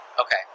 Okay